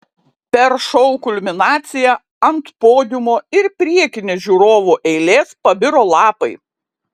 per šou kulminaciją ant podiumo ir priekinės žiūrovų eilės pabiro lapai